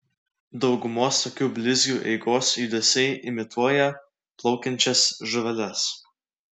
daugumos tokių blizgių eigos judesiai imituoja plaukiančias žuveles